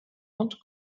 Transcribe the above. und